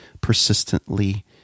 persistently